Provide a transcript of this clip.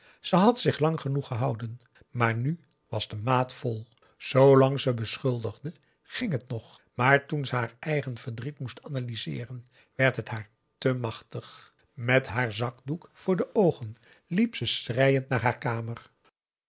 ze had zich lang goed gehouden maar nu p a daum de van der lindens c s onder ps maurits was de maat vol zoolang ze beschuldigde ging het nog maar toen ze haar eigen verdriet moest analyseeren werd het haar te machtig met haar zakdoek voor de oogen liep ze schreiend naar haar kamer